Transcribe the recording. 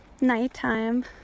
nighttime